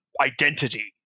identity